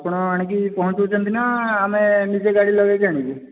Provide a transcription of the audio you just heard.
ଆପଣ ଆଣିକି ପହଞ୍ଚଉଛନ୍ତି ନା ଆମେ ନିଜେ ଗାଡ଼ି ଲଗାଇକି ଆଣିବୁ